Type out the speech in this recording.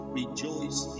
rejoice